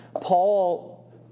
Paul